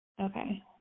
okay